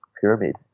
pyramid